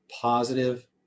positive